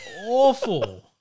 awful